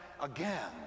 again